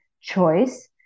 choice